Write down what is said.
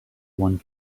one